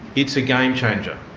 it's a game-changer.